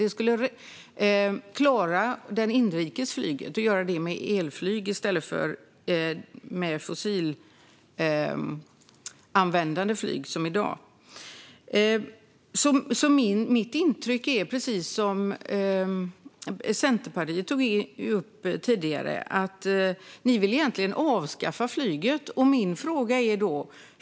Inrikesflyget skulle kunna köras med elflyg i stället för fossilanvändande flyg. Centerpartiet tog tidigare upp att Miljöpartiet egentligen vill avskaffa flyget.